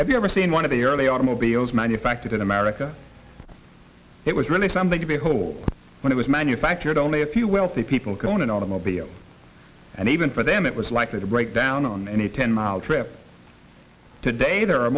have you ever seen one of the early automobiles manufactured in america it was really something to behold when it was manufactured only a few wealthy people going in automobiles and even for them it was likely to break down on a ten mile trip today there are